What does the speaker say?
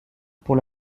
pour